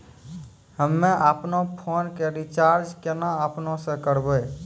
हम्मे आपनौ फोन के रीचार्ज केना आपनौ से करवै?